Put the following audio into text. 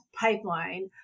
Pipeline